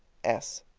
s.